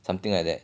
something like that